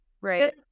Right